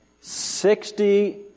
Sixty